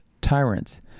tyrants